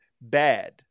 bad